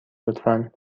لطفا